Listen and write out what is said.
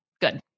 good